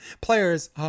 Players